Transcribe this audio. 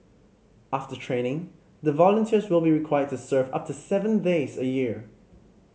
after training the volunteers will be required to serve up to seven days a year